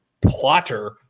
plotter